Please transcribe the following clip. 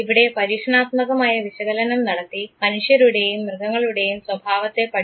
ഇവിടെ പരീക്ഷണാത്മകമായ വിശകലനം നടത്തി മനുഷ്യരുടെയും മൃഗങ്ങളുടെയും സ്വഭാവത്തെ പഠിക്കുന്നു